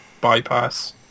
bypass